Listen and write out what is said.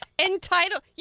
Entitled